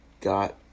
got